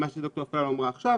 את מה שד"ר אפללו אמרה עכשיו: